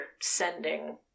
sending